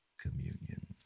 communion